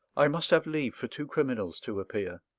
i must have leave for two criminals to appear.